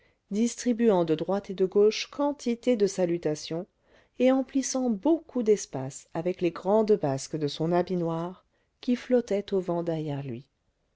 distribuant de droite et de gauche quantité de salutations et emplissant beaucoup d'espace avec les grandes basques de son habit noir qui flottaient au vent derrière lui